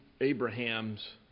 Abraham's